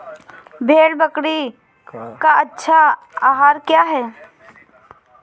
भेड़ बकरी का अच्छा आहार क्या है?